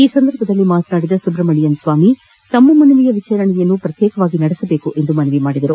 ಈ ಸಂದರ್ಭದಲ್ಲಿ ಮಾತನಾಡಿದ ಸುಬ್ರಮಣೆಯನ್ ಸ್ವಾಮಿ ತಮ್ಮ ಮನವಿಯ ವಿಚಾರಣೆಯನ್ನು ಪ್ರತ್ತೇಕವಾಗಿ ನಡೆಸಬೇಕೆಂದು ಮನವಿ ಮಾಡಿದರು